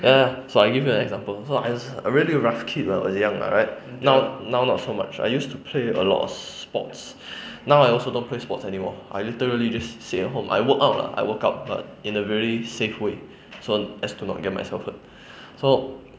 ya so I give you an example so I was a really rash kid ah when I was young ah ya right now now now not so much I used to play a lot of sports now I also don't play sports anymore I literally just sit at home I work out ah I work out but in the very safe way so as to not get myself hurt so